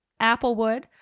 Applewood